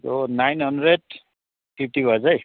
यो nine hundred fifty भएछ है